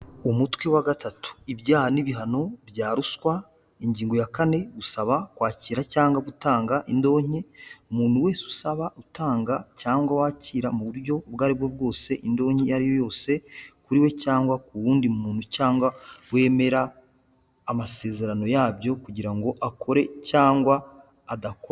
Umutwe wa gatatu, ibyaha n'ibihano bya ruswa, ingingo ya kane, gusaba, kwakira cyangwa gutanga indonke, umuntu wese usaba, utanga cyangwa wakira mu buryo ubwo aribwo bwose indonke iyo ariyo yose kuri we cyangwa ku wundi muntu, cyangwa wemera amasezerano yabyo kugira ngo akore cyangwa adako...